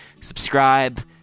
Subscribe